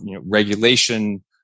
regulation